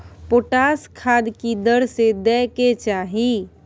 Potash खाद की दर से दै के चाही?